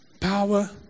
Power